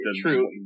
true